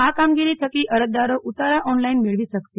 આ કામગીરી થકી અરજદારો ઉતારા ઓનલાઈન મેળવી શકશે